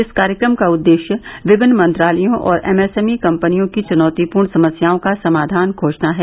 इस कार्यक्रम का उद्देश्य विभिन्न मंत्रालयों और एमएसएमई कंपनियों की चुनौतीपूर्ण समस्याओं का समाधान खोजना है